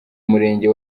murenge